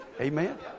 Amen